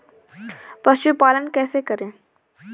पशुपालन कैसे करें?